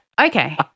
Okay